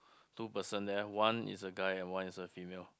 two person there one is a guy and one is a female